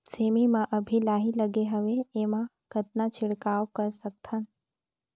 सेमी म अभी लाही लगे हवे एमा कतना छिड़काव कर सकथन?